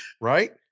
right